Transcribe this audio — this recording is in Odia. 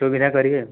ସୁବିଧା କରିବେ